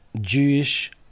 Jewish